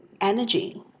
energy